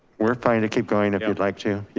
we're fine to keep going if you'd like to, yeah